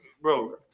Bro